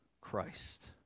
Christ